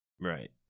Right